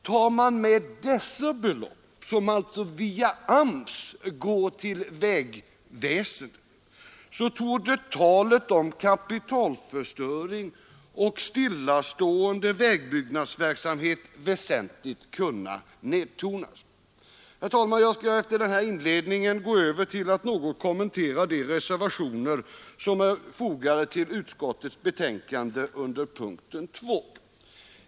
Tar man med dessa belopp, som via AMS går till vägverket, torde talet om kapitalförstöring och stillastående vägbyggnadsverksamhet väsentligt kunna nedtonas. Herr talman! Jag skall efter den här inledningen gå över till att något kommentera de reservationer som är fogade till punkten 2 i utskottets betänkande.